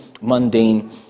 mundane